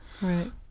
Right